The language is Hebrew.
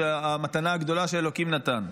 המתנה הגדולה שאלוקים נתן.